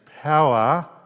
power